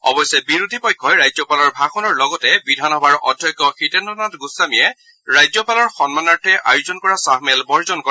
অৱশ্যে বিৰোধী পক্ষই ৰাজ্যপালৰ ভাষণৰ লগতে বিধানসভাৰ অধ্যক্ষ শ্ৰীহিতেন্দ্ৰ নাথ গোস্বামীয়ে ৰাজ্যপালৰ সন্মানাৰ্থে আয়োজন কৰা চাহমেল বৰ্জন কৰে